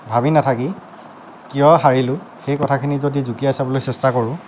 ভাবি নাথাকি কিয় হাৰিলোঁ সেই কথাখিনি যদি জুকিয়াই চাবলৈ চেষ্টা কৰোঁ